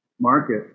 market